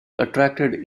attracted